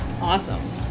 awesome